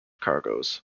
cargoes